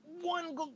one